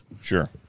Sure